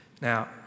Now